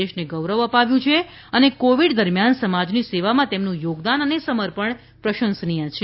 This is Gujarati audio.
દેશને ગૌરવ અપાવ્યું છે અને કોવિડ દરમિયાન સમાજની સેવામાં તેમનું યોગદાન અને સમર્પણ પ્રશંસનીય છે